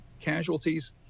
casualties